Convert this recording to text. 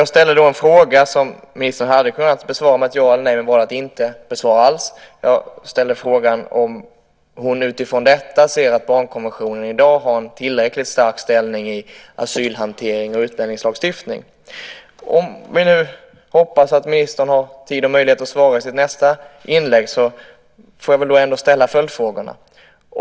Jag ställde en fråga som ministern hade kunnat besvara med ett ja eller nej, men hon valde att inte svara alls. Jag ställde frågan om hon utifrån detta ser att barnkonventionen i dag har en tillräckligt stark ställning i asylhanteringen och utlänningslagstiftningen. Om ministern har tid och möjlighet att svara i sitt nästa inlägg får jag ändå ställa följdfrågorna.